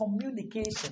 communication